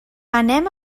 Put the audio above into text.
anem